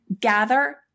gather